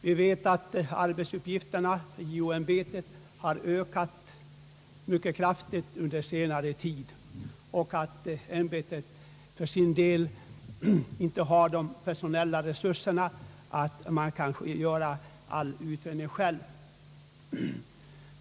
Vi vet att arbetsuppgifterna i JO-ämbetet har ökat mycket kraftigt under senare år och att ämbetet för sin del inte har personella resurser att självt göra alla utredningar.